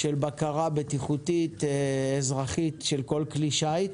של בקרה בטיחותית אזרחית של כל כלי שיט.